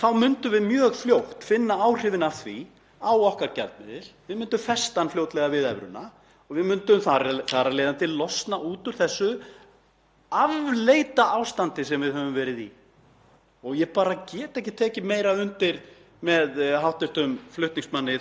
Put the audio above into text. afleita ástandi sem við höfum verið í. Ég bara get ekki tekið meira undir með hv. flutningsmanni þessarar tillögu um það hversu ömurlegt og afleitt þetta ástand er. Við erum ekki alveg sammála um leiðirnar en við erum sammála um markmiðin.